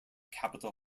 capital